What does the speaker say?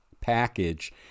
package